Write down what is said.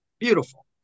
Beautiful